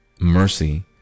mercy